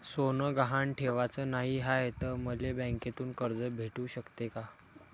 सोनं गहान ठेवाच नाही हाय, त मले बँकेतून कर्ज भेटू शकते का?